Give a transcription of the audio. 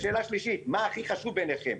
שאלה שלישית: מה הכי חשוב בעיניכם,